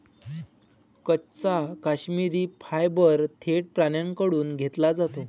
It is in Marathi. कच्चा काश्मिरी फायबर थेट प्राण्यांकडून घेतला जातो